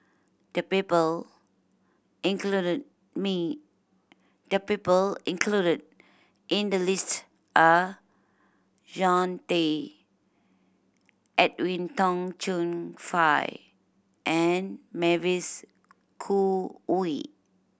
the people included me the people included in the list are Jean Tay Edwin Tong Chun Fai and Mavis Khoo Oei